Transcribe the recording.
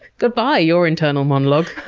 goodbye, your internal monologue.